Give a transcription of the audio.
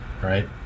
Right